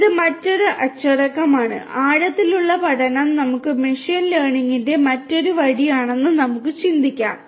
ഇത് മറ്റൊരു അച്ചടക്കമാണ് ആഴത്തിലുള്ള പഠനം നമുക്ക് മെഷീൻ ലേണിംഗിന്റെ മറ്റൊരു വഴിയാണെന്ന് നമുക്ക് ചിന്തിക്കാം